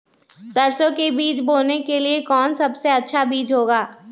सरसो के बीज बोने के लिए कौन सबसे अच्छा बीज होगा?